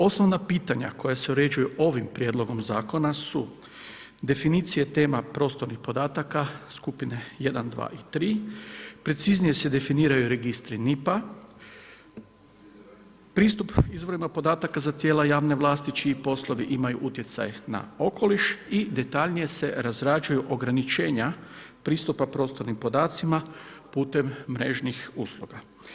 Osnovna pitanja koja se uređuju ovim prijedlogom zakon su definicija tema prostornih podataka, skupine 1, 2, 3, preciznije se definiraju NIP-a, pristup izvorima podataka za tijela vlasti čiji poslovi imaju utjecaj na okoliš i detaljnije se razrađuju ograničenja pristupa prostornim podacima putem mrežnih usluga.